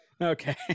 Okay